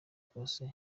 kose